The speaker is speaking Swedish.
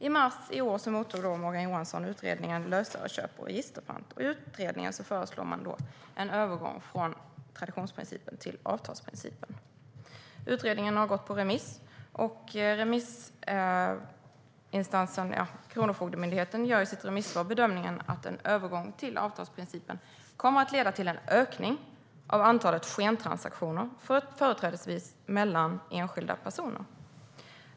I mars i år mottog Morgan Johansson utredningen Lösöreköp och registerpant . I utredningen föreslår man en övergång från traditionsprincipen till avtalsprincipen. Utredningen har gått på remiss. Kronofogdemyndigheten gör i sitt remissvar bedömningen att en övergång till avtalsprincipen kommer att leda till en ökning av antalet skentransaktioner företrädesvis mellan enskilda personer.